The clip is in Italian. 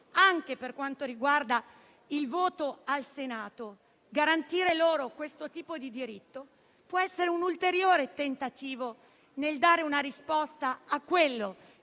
anche per quanto riguarda il voto al Senato, garantendo loro questo tipo di diritto, può essere un ulteriore tentativo di dare una risposta a tale